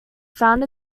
found